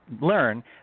learn